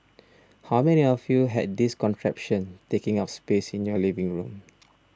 how many of you had this contraption taking up space in your living room